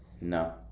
No